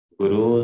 Guru